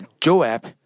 Joab